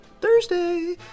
Thursday